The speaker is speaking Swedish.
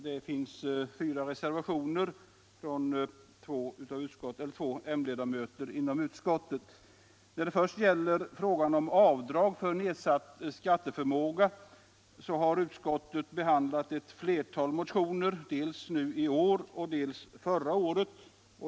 Det finns fyra reservationer, avgivna av två m-ledamöter i utskottet. När det först gäller frågan om avdrag för nedsatt skatteförmåga har utskottet behandlat ett flertal motioner dels i år, dels förra året.